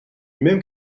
même